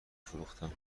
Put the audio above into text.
فروختم